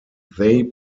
they